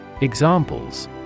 Examples